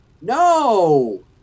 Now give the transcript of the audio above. No